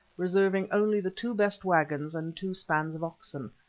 reserving only the two best waggons and two spans of oxen.